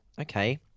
Okay